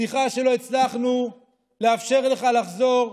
סליחה שלא הצלחנו לאפשר לך לחזור,